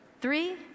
Three